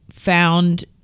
Found